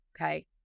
okay